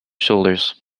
shoulders